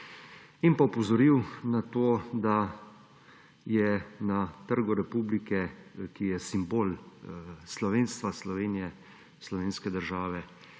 in pa opozoril na to, da je na Trgu Republike, ki je simbol slovenstva, Slovenije, slovenske države,